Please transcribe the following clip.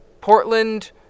Portland